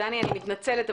אני מתנצלת,